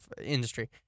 industry